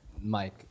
Mike